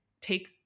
take